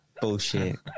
Bullshit